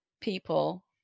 people